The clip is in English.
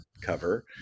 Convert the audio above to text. cover